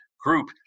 group